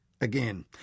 again